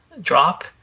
drop